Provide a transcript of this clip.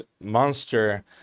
monster